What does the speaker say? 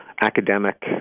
academic